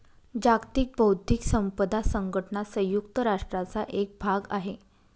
जागतिक बौद्धिक संपदा संघटना संयुक्त राष्ट्रांचा एक भाग आहे